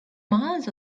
miles